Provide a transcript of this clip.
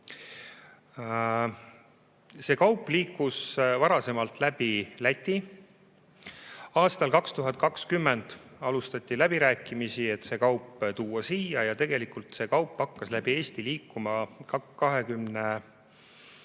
See kaup liikus varasemalt läbi Läti. Aastal 2020 alustati läbirääkimisi, et see kaup siia tuua. See kaup hakkas läbi Eesti liikuma 2020.